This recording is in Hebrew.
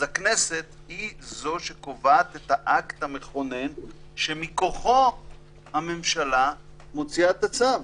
אז הכנסת היא זו שקובעת את האקט המכונן שמכוחו הממשלה מוציאה את הצו.